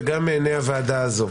וגם מעיני הוועדה הזו,